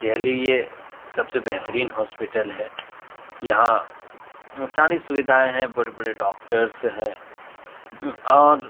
یعنی یہ سب سے بہترین ہاسپٹل ہے یہاں ساری سویدھائیں ہیں بڑے بڑے ڈاکٹرس ہیں اور